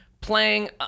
Playing